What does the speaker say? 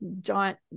giant